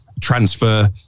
transfer